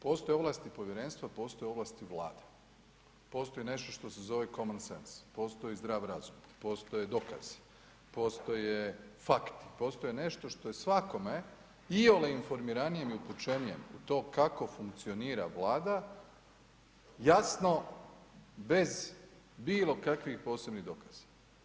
Postoje ovlasti povjerenstva, postoje ovlasti Vlade, postoji nešto što se zove …, postoji zdrav razum, postoje dokaze, postoje fakti, postoje nešto što je svakome iole informiranijem i upućenijem u to kako funkcionira Vlada jasno bez bilo kakvih posebnih dokaza.